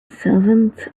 servants